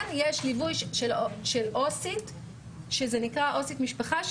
כן יש ליווי של עו"סית שנקראת עו"סית משפחה,